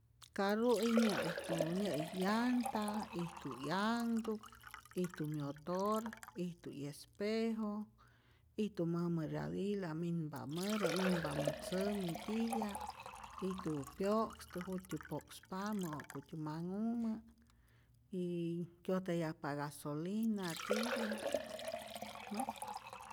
Carru'i nyä'ijtu nyä'ij llanta, ijtu 'yanhtuk, ijtu myotor, ijtu 'yespejo, ijtu mäjmä ryadila minpamätä, minpamä tzämi titya'p, ijtu pyo'kstäk jut'tyä po'kspamä ja'kutyä manhumä, y kyojtayajpa gasolina titya'p, mas.